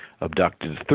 abducted